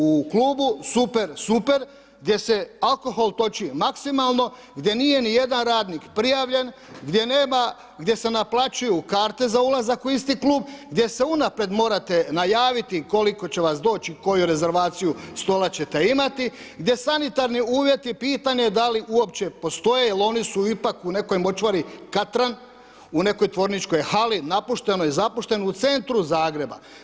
U klubu Super, super gdje se alkohol toči maksimalno, gdje nije ni jedan radnik prijavljen, gdje nema, gdje se naplaćuju karte za ulazak u isti klub, gdje se unaprijed morate najaviti koliko će vas doći i koju rezervaciju stola ćete imati, gdje sanitarni uvjeti pitanje da li uopće postoje jer oni su ipak u nekoj močvari katran, u nekoj tvorničkoj hali napuštenoj, zapuštenoj u centru Zagreba.